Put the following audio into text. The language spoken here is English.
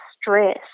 stress